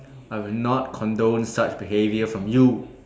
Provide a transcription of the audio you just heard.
I will not condone such behaviour from you